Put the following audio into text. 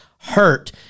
Hurt